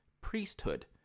priesthood